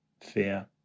fear